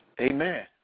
Amen